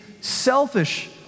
selfish